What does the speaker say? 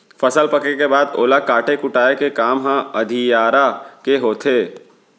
फसल पके के बाद ओला काटे कुटाय के काम ह अधियारा के होथे